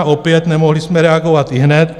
Opět, nemohli jsme reagovat ihned.